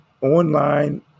online